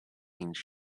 means